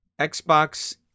Xbox